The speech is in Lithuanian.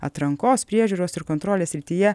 atrankos priežiūros ir kontrolės srityje